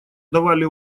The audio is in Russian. давали